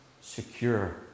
Secure